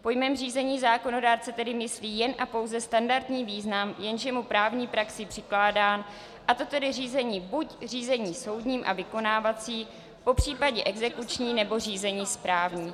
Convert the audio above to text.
Pojmem řízení zákonodárce tedy myslí jen a pouze standardní význam, jenž je mu právní praxí přikládán, a to tedy řízení buď soudní a vykonávací, popřípadě exekuční, nebo řízení správní.